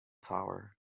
tower